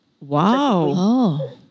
wow